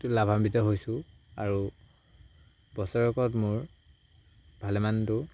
টো লাভাম্বিত হৈছোঁ আৰু বছৰেকত মোৰ ভালেমানটো